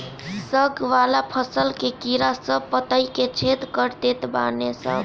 साग वाला फसल के कीड़ा सब पतइ के छेद कर देत बाने सन